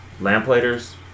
lamplighters